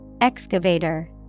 Excavator